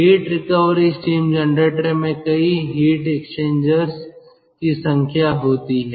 heat recovery steam generator में कई heat exchangers की संख्या होती है